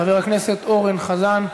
חבר הכנסת אורן חזן,